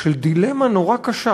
של דילמה נורא קשה